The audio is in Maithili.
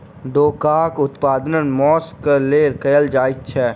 डोकाक उत्पादन मौंस क लेल कयल जाइत छै